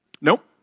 Nope